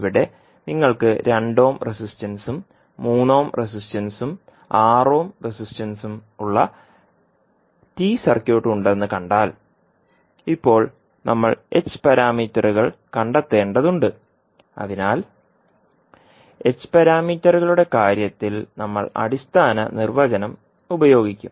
ഇവിടെ നിങ്ങൾക്ക് 2 ഓം റെസിസ്റ്റൻസും 3 ഓം റെസിസ്റ്റൻസും 6 ഓം റെസിസ്റ്റൻസും ഉള്ള ടി സർക്യൂട്ട് ഉണ്ടെന്ന് കണ്ടാൽ ഇപ്പോൾ നമ്മൾ h പാരാമീറ്ററുകൾ കണ്ടെത്തേണ്ടതുണ്ട് അതിനാൽ h പാരാമീറ്ററുകളുടെ കാര്യത്തിൽ നമ്മൾ അടിസ്ഥാന നിർവചനം ഉപയോഗിക്കും